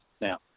Now